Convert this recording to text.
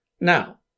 Now